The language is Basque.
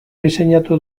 diseinatu